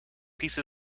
peace